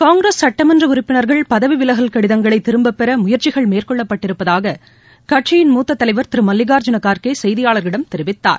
காங்கிரஸ் சுட்டமன்ற உறுப்பினர்கள் பதவி விலகல் கடிதங்களை திரும்பப்பெற முயற்சிகள் மேற்கொள்ளப்பட்டிருப்பதாக கட்சியின் மூத்த தலைவர் திரு மல்லிகார்ஜுன கார்கே செய்தியாளர்களிடம் தெரிவித்தார்